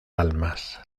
almas